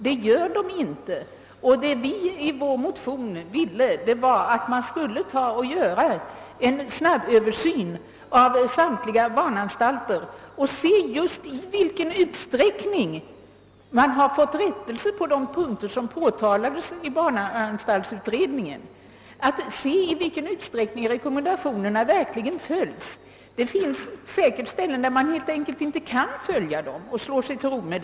Så är inte fallet, och i våra motioner begärde vi att man skulle göra en snabböversyn av samtliga barnanstalter för att se i vilken grad rättelse har vidtagits på de punkter som påtalades i barnanstaltsutredningen. Det är av vikt att man kontrollerar i vilken utsträckning rekommendationerna verkligen följs. Det finns säkert ställen där man helt enkelt inte kan följa dem och nöjer sig därmed.